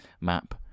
map